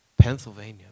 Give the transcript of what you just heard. Pennsylvania